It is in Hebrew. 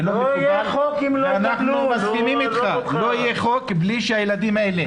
ואנחנו מסכימים --- לא יהיה חוק אם לא יקבלו.